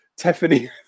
Tiffany